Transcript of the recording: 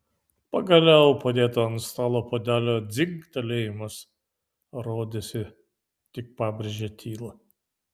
pagaliau padėto ant stalo puodelio dzingtelėjimas rodėsi tik pabrėžė tylą